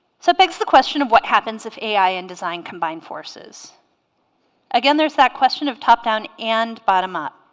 so it begs the question of what happens if ai and design combine forces again there's that question of top-down and bottom-up